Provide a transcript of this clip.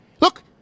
Look